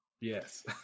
Yes